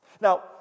Now